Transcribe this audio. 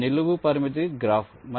ఇది నిలువు పరిమితి గ్రాఫ్